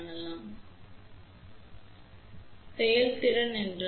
ஆனால் இப்போது பார்ப்போம் செயல்திறன் என்ன